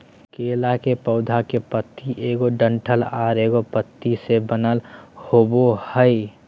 केला के पौधा के पत्ति एगो डंठल आर एगो पत्ति से बनल होबो हइ